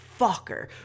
fucker